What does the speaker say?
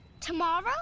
Tomorrow